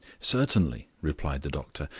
certainly, replied the doctor,